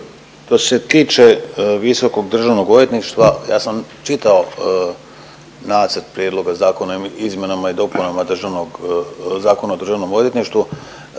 Što se tiče visokog državnog odvjetništva ja sam čitao nacrt prijedloga zakona o izmjenama i dopunama Državnog, Zakona o Državnom odvjetništvu.